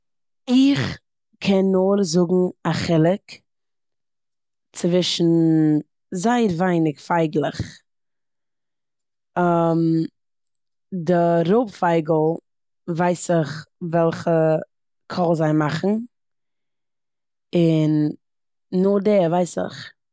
איך קען נאר זאגן א חילוק צווישן זייער ווייניג פייגלעך. די רויב פייגל ווייס איך וועלכע קול זיי מאכן און נאר די ווייס איך.